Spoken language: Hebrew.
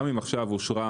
גם אם עכשיו אושרה